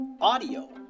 audio